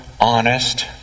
honest